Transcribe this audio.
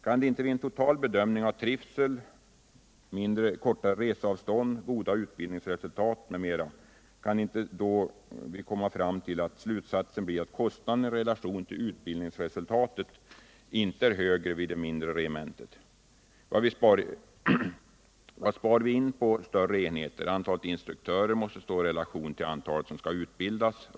Kan vi inte vid en total bedömning av trivsel, kortare reseavstånd, goda utbildningsresultat m.m. komma till slutsatsen att kostnaden i relation till utbildningsresultatet inte är högre vid det mindre regementet? Vad spar vi in med större enheter? Antalet instruktörer måste stå i relation till antalet som skall utbildas.